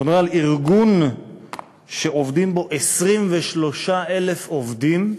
אנחנו מדברים על ארגון שעובדים בו 23,000 עובדים,